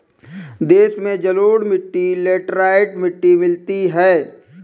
देश में जलोढ़ मिट्टी लेटराइट मिट्टी मिलती है